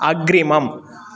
अग्रिमम्